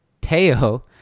Teo